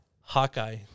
Hawkeye